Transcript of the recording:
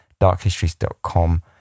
darkhistories.com